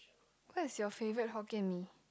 where's your favourite Hokkien-Mee